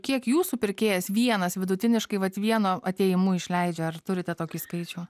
kiek jūsų pirkėjas vienas vidutiniškai vat vienu atėjimu išleidžia ar turite tokį skaičių